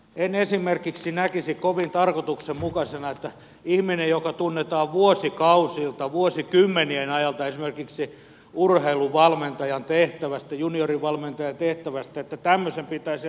en esimerkiksi näkisi kovin tarkoituksenmukaisena että tämmöisen ihmisen joka tunnetaan vuosikausilta vuosikymmenien ajalta esimerkiksi urheiluvalmentajan juniorivalmentajan tehtävästä pitäisi antaa todistus